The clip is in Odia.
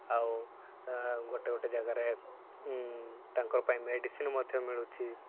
ଆଉ ଗୋଟେ ଗୋଟେ ଜାଗାରେ ତାଙ୍କର ପାଇଁ ମେଡ଼ିସିନ୍ ମଧ୍ୟ ମିଳୁଛି